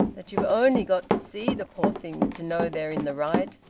that you've only got to see the poor things to know they're in the right!